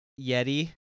Yeti